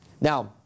Now